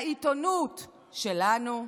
העיתונות שלנו.